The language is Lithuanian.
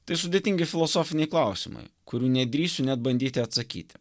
tai sudėtingi filosofiniai klausimai kurių nedrįsiu net bandyti atsakyti